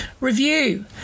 review